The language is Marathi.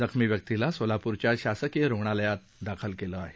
जखमीला सोलाप्रच्या शासकीय रुग्णालयात दाखल केलं आहे